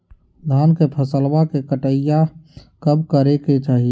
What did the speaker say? धान के फसलवा के कटाईया कब करे के चाही?